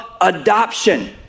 adoption